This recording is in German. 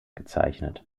gezeichnet